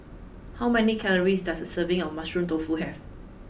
how many calories does a serving of Mushroom Tofu have